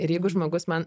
ir jeigu žmogus man